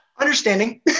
understanding